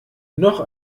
noch